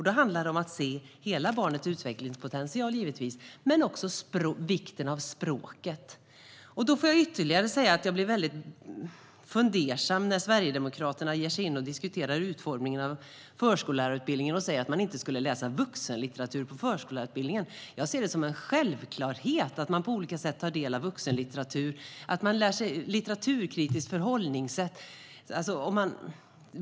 Det handlar om att se barnets hela utvecklingspotential och också vikten av språket. Jag blir väldigt fundersam när Sverigedemokraterna diskuterar utformningen av förskollärarutbildningen och säger att man inte ska läsa vuxenlitteratur i förskollärarutbildningen. Jag ser det som en självklarhet att man på olika sätt tar del av vuxenlitteratur och lär sig litteraturkritiskt förhållningssätt.